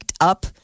up